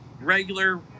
regular